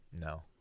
No